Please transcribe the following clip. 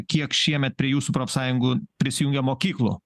kiek šiemet prie jūsų profsąjungų prisijungė mokyklų